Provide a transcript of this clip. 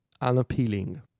unappealing